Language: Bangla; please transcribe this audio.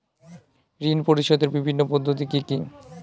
ঋণ পরিশোধের বিভিন্ন পদ্ধতি কি কি?